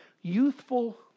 youthful